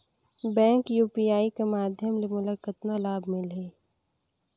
Bank UPI कर माध्यम ले मोला कतना लाभ मिली?